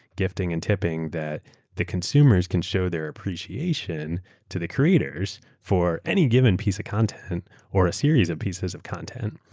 gifting and tipping that the consumers can show their appreciation to the creators for any given piece of content or a series of and pieces of content,